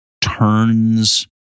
turns